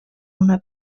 una